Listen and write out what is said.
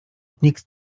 nikt